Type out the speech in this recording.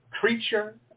creature